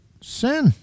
sin